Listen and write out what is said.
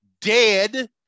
dead